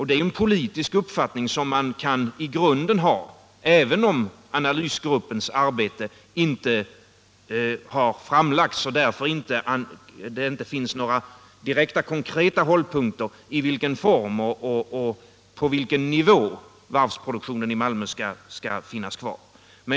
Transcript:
Det är en politisk uppfattning som man i grunden kan ha, även om resultatet av analysgruppens arbete inte har framlagts och det därför inte finns några konkreta hållpunkter i fråga om i vilken form och på vilken nivå varvsproduktionen i Malmö skall finnas kvar.